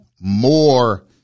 more